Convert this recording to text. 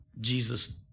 Jesus